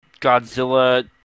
Godzilla